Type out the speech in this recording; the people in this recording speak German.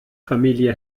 familie